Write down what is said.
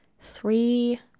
three